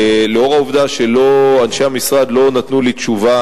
לנוכח העובדה שאנשי המשרד לא נתנו לי תשובה,